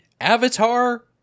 Avatar